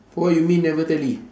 what you mean never tally